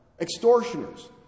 extortioners